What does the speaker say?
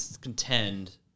contend